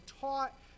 taught